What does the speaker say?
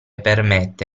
permette